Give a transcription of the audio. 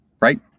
right